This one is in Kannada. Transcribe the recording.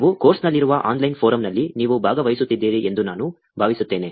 ನಾವು ಕೋರ್ಸ್ನಲ್ಲಿರುವ ಆನ್ಲೈನ್ ಫೋರಮ್ನಲ್ಲಿ ನೀವು ಭಾಗವಹಿಸುತ್ತಿದ್ದೀರಿ ಎಂದು ನಾನು ಭಾವಿಸುತ್ತೇನೆ